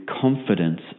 confidence